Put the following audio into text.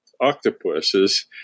octopuses